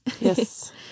Yes